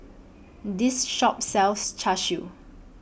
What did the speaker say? This Shop sells Char Siu